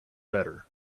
better